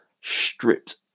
stripped